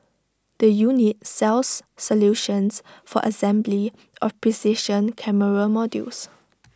the unit sells solutions for assembly of precision camera modules